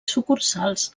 sucursals